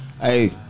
Hey